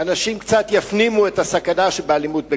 אנשים קצת יפנימו את הסכנה שבאלימות בכבישים.